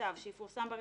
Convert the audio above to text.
בצו שיפורסם ברשומות,